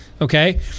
Okay